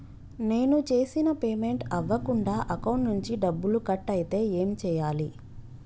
నేను చేసిన పేమెంట్ అవ్వకుండా అకౌంట్ నుంచి డబ్బులు కట్ అయితే ఏం చేయాలి?